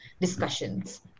discussions